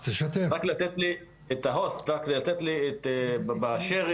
אפשרויות ההתפתחות של הישוב